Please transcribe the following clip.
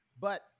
But-